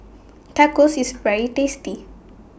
Tacos IS very tasty